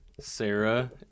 Sarah